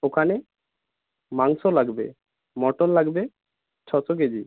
ওখানে মাংস লাগবে মটন লাগবে ছশো কেজি